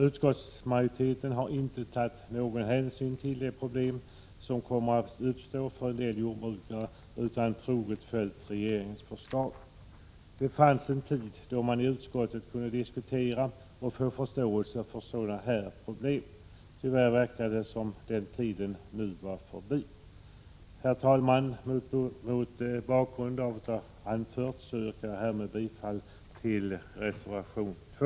Utskottsmajoriteten har inte tagit någon hänsyn till de problem som kommer att uppstå för en del jordbrukare utan troget följt regeringens förslag. Det fanns en tid då man i utskottet kunde diskutera och få förståelse för sådana här problem. Tyvärr verkar det som om den tiden nu är förbi. Herr talman! Mot bakgrund av vad jag nu anfört yrkar jag härmed bifall till reservation 2.